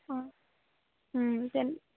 অঁ